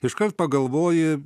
iškart pagalvoji